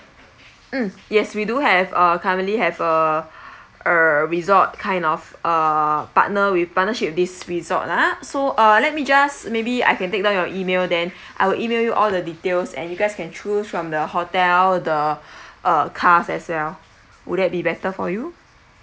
mm yes we do have uh currently have a err resort kind of uh partner with partnership this resort ah so uh let me just maybe I can take down your email then I'll email all the details and you guys can choose from the hotel the uh cars as well would that be better for you